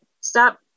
Stop